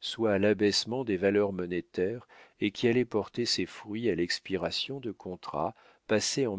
soit à l'abaissement des valeurs monétaires et qui allait porter ses fruits à l'expiration de contrats passés en